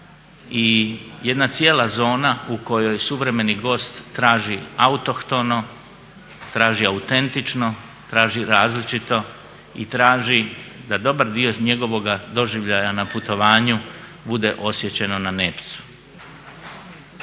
i jedna cijela zona u kojoj suvremeni gost traži autohtono, traži autentično, traži različito i traži da dobar dio njegovoga doživljaja na putovanju bude osječeno na nepcu.